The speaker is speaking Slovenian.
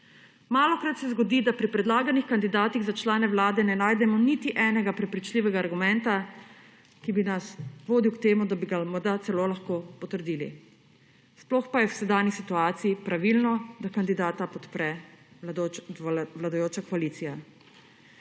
Malokrat se zgodi, da pri predlaganih kandidatih za člane Vlade ne najdemo niti enega prepričljivega argumenta, ki bi nas vodil k temu, da bi ga morda celo lahko potrdili, sploh pa je v sedanji situaciji pravilno, da kandidata podpre vladajoča koalicija.